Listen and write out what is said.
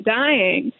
dying